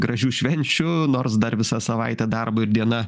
gražių švenčių nors dar visa savaitė darbo ir diena